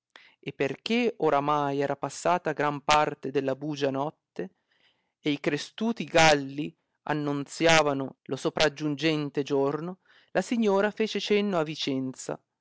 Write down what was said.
e perchè oramai era passata gran parte della bugia notte e i crestuti galli annonziavano lo sopragiungente giorno la signora fece cenno a vicenza